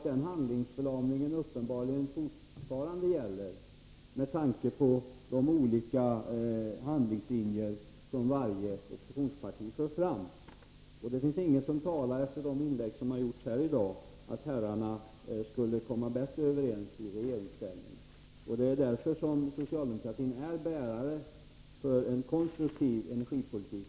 Den handlingsförlamningen gäller uppenbarligen fortfarande med tanke på de olika handlingslinjer som varje oppositionsparti nu för fram. Ingenting i de inlägg som har gjorts här i dag talar för att herrarna skulle kunna komma bättre överens i regeringsställning. Socialdemokratin däremot är bärare av en konstruktiv energipolitik.